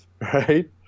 right